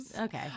okay